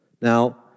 Now